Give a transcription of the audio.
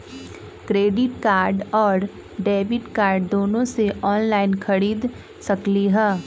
Credit card और debit card दोनों से ऑनलाइन खरीद सकली ह?